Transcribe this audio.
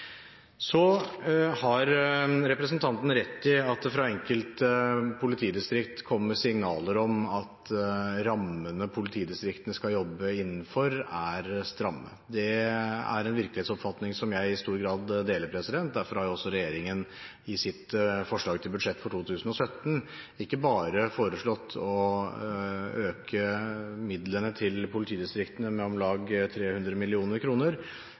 har rett i at det fra enkelte politidistrikt kommer signaler om at rammene politidistriktene skal jobbe innenfor, er stramme. Det er en virkelighetsoppfatning som jeg i stor grad deler. Derfor har også regjeringen i sitt forslag til budsjett for 2017 ikke bare foreslått å øke midlene til politidistriktene med om lag 300